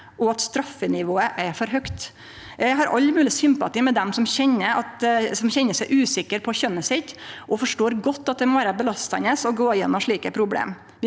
og at straffenivået er for høgt. Eg har all mogleg sympati med dei som kjenner seg usikre på kjønnet sitt, og forstår godt at det må vere tungt å gå gjennom slike problem.